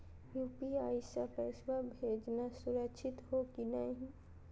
UPI स पैसवा भेजना सुरक्षित हो की नाहीं?